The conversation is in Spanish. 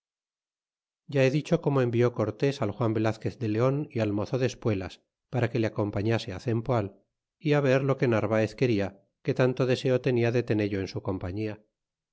ya he dicho como envió cortés al juan velazquez de lean y al mozo de espuelas para que le acompañase a cempoal y a ver lo que narvaez quena que tanto deseo tenia de tello en su compañía